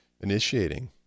initiating